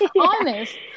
Honest